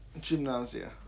Gymnasia